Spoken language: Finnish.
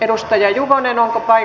edustaja juvonen ohi tai